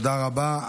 תודה רבה.